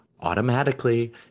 automatically